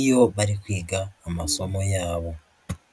iyo bari kwiga amasomo yabo.